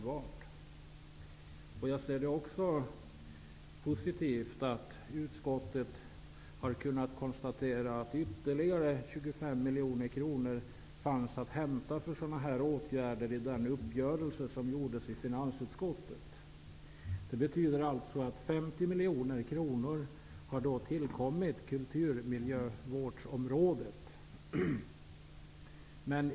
Jag ser naturligtvis också positivt på att utskottet har kunnat konstatera att ytterligare 25 miljoner kronor för sådana åtgärder stod att hämta genom den uppgörelse som träffats i finansutskottet. Det betyder att 50 miljoner kronor har tillkommit på kulturmiljövårdens område.